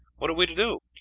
what are we to do?